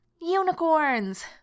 unicorns